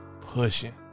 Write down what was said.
pushing